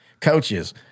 coaches